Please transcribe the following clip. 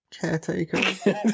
Caretaker